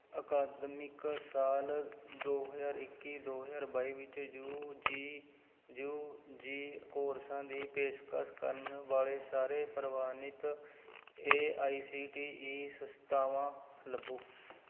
ਅਕਾਦਮਿਕ ਸਾਲ ਦੋ ਹਜ਼ਾਰ ਇੱਕੀ ਦੋ ਹਜ਼ਾਰ ਬਾਈ ਵਿੱਚ ਯੂ ਜੀ ਯੂ ਜੀ ਕੋਰਸਾਂ ਦੀ ਪੇਸ਼ਕਸ਼ ਕਰਨ ਵਾਲੇ ਸਾਰੇ ਪ੍ਰਵਾਨਿਤ A I C T E ਸੰਸਥਾਵਾਂ ਲੱਭੋ